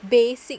basic